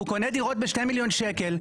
הוא קונה דירות ב-2 ממיליון שקלים,